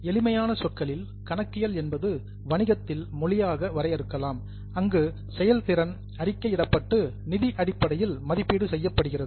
எளிமையான சொற்களில் கணக்கியல் என்பது வணிகத்தில் மொழியாக வரையறுக்கலாம் அங்கு செயல்திறன் அறிக்கையிடப்பட்டு நிதி அடிப்படையில் மதிப்பீடு செய்யப்படுகிறது